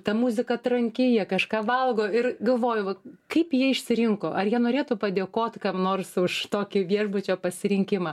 ta muzika tranki jie kažką valgo ir galvoju va kaip jie išsirinko ar jie norėtų padėkot kam nors už tokį viešbučio pasirinkimą